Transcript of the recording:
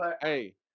Hey